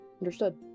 Understood